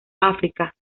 áfrica